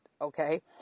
Okay